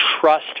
trust